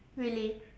really